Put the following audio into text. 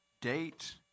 date